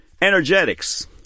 Energetics